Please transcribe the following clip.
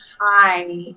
Hi